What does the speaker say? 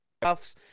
cuffs